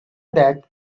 that